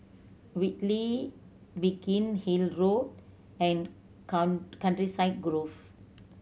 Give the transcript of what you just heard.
Whitley Biggin Hill Road and Countryside Grove